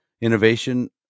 innovation